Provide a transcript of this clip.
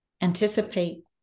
anticipate